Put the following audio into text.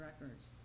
records